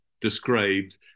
described